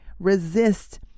resist